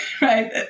right